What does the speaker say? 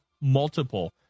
multiple